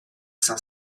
cinq